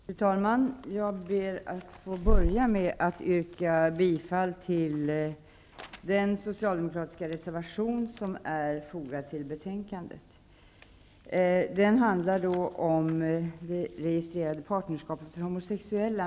Fru talman! Jag ber att få börja med att yrka bifall till den socialdemokratiska reservation som är fogad till betänkandet. Den handlar om det registrerade partnerskapet för homosexuella.